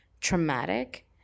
traumatic